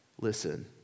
listen